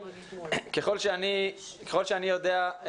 ככל שאני יודע,